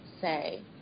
say